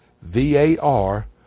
VAR